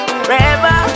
Forever